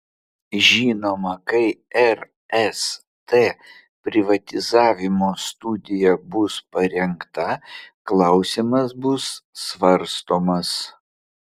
žinoma kai rst privatizavimo studija bus parengta klausimas bus svarstomas